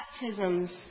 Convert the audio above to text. baptisms